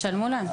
תשלמו להם?